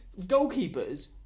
goalkeepers